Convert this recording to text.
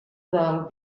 del